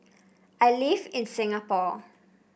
I live in Singapore